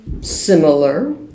similar